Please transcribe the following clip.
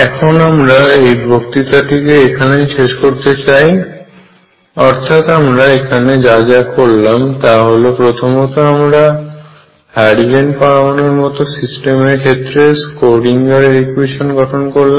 এখন আমরা এই বক্তৃতাটিকে এখানেই শেষ করতে চাই অর্থাৎ আমরা এখানে যা যা করলাম তা হল প্রথমত আমরা হাইড্রোজেন পরমাণুর মত সিস্টেম এর ক্ষেত্রে স্ক্রোডিঙ্গারের সমীকরণকেSchrödinger equation গঠন করলাম